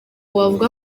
wavuga